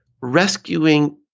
rescuing